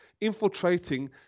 infiltrating